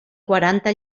quaranta